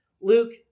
Luke